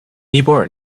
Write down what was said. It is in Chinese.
尼泊尔